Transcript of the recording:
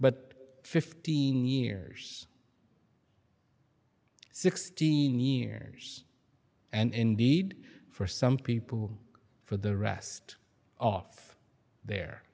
but fifteen years sixteen years and indeed for some people for the rest of the